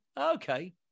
Okay